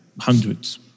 hundreds